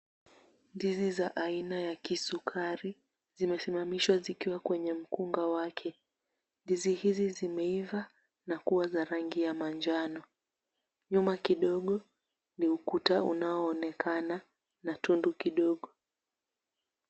Ndizi za aina ya kisukari, zimesimamishwa zikiwa kwenye mkunga wake. Ndizi hizi zimeiva na kuwa za rangi ya manjano. Nyuma kidogo ni ukuta unaoonekana na tundu kidogo.